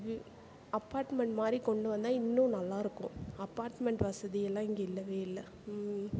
we apartment மாதிரி கொண்டு வந்தால் இன்னும் நல்லா இருக்கும் அப்பார்ட்மெண்ட் வசதி எல்லாம் இங்கே இல்லவே இல்லை